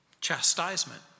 Chastisement